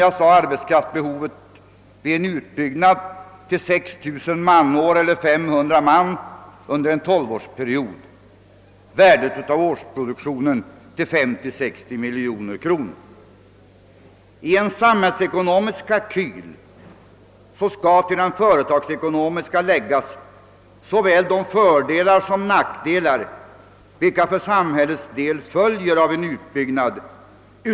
Arbetskraftsbehovet vid en utbyggnad uppskattas som sagt till 6 000 manår eller 500 man under en tolvårsperiod och värdet av årsproduktionen till 50—60 miljoner kronor. En samhällsekonomisk kalkyl skall, förutom vad som ingår i den företagsekonomiska, omfatta såväl de fördelar som de nackdelar vilka för samhällets del följer av en utbyggnad.